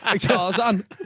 Tarzan